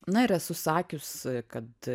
na ir esu sakius kad